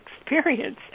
experience